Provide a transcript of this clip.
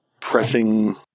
pressing